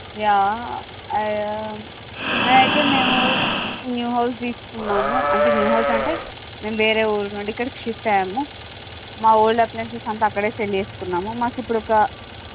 yeah అయితే మేము new house తీసుకున్నాము అంటే న్యూ హౌస్ అంటే మేము వేరే ఊరినుండి ఇక్కడికి షిఫ్ట్ అయ్యాము మా ఊర్లో అప్లైయన్సస్ అంతా అక్కడే సేల్ చేసుకున్నాము మాకు ఇప్పుడు ఒక